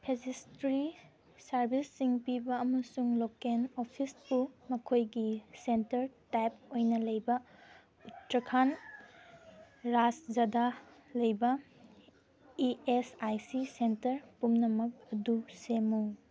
ꯄꯤꯖꯤꯁꯇ꯭ꯔꯤ ꯁꯥꯔꯚꯤꯁꯁꯤꯡ ꯄꯤꯕ ꯑꯃꯁꯨꯡ ꯂꯣꯀꯦꯟ ꯑꯣꯐꯤꯁꯄꯨ ꯃꯈꯣꯏꯒꯤ ꯁꯦꯟꯇꯔ ꯇꯥꯏꯞ ꯑꯣꯏꯅ ꯂꯩꯕ ꯎꯇ꯭ꯔꯈꯟ ꯔꯥꯖ꯭ꯌꯥꯗ ꯂꯩꯕ E S I C centre ꯄꯨꯝꯅꯃꯛ ꯑꯗꯨ ꯁꯦꯝꯃꯨ